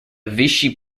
vichy